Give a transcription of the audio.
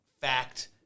fact